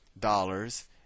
dollars